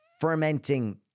fermenting